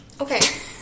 Okay